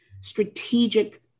strategic